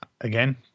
Again